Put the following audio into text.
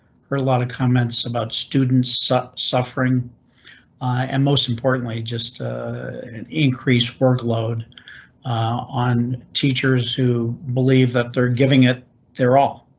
heard a lot of comments about students ah suffering and most importantly just an increased workload on teachers who believe that they are giving it their all.